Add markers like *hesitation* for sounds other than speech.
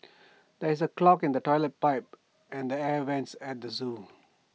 there is A clog in the Toilet Pipe *hesitation* and the air Vents at the Zoo